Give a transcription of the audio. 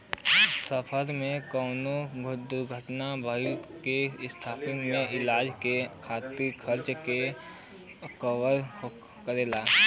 सफर में कउनो दुर्घटना भइले के स्थिति में इलाज के खातिर खर्चा के कवर करेला